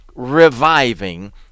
Reviving